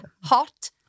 Hot